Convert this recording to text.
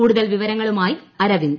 കൂടുതൽ വിവരങ്ങളുമായി അരവിന്ദ്